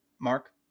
Mark